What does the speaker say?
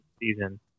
season